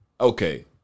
Okay